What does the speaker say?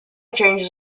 changes